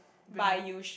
bring